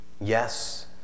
yes